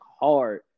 hard